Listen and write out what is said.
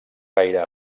gaire